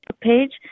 page